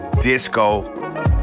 Disco